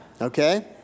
Okay